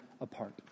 apart